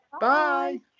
bye